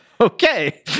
okay